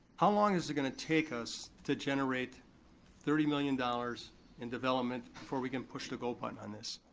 how long is it gonna take us to generate thirty million dollars in development before we can push the go button on this?